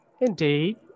Indeed